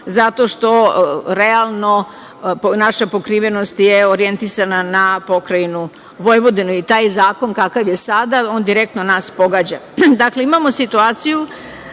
zato što realno, naša pokrivenost je orjentisana na pokrajinu Vojvodinu i taj zakon kakav je sada on direktno naš pogađa. Dakle, imamo situaciju